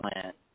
Plant